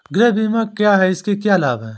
गृह बीमा क्या है इसके क्या लाभ हैं?